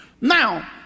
Now